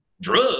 drugs